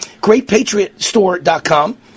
GreatPatriotStore.com